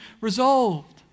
resolved